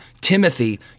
Timothy